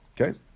Okay